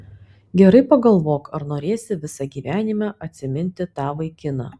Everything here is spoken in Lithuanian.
gerai pagalvok ar norėsi visą gyvenimą atsiminti tą vaikiną